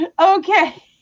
Okay